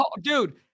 dude